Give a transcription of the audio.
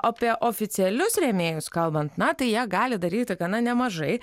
apie oficialius rėmėjus kalbant na tai jie gali daryti gana nemažai